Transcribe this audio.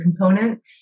component